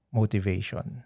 motivation